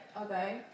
Okay